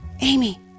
Amy